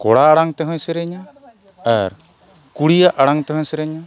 ᱠᱚᱲᱟ ᱟᱲᱟᱝ ᱛᱮᱦᱚᱸᱭ ᱥᱮᱨᱮᱧᱟ ᱟᱨ ᱠᱩᱲᱤᱭᱟᱜ ᱟᱲᱟᱝ ᱛᱮᱦᱚᱸᱭ ᱥᱮᱨᱮᱧᱟ